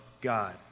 God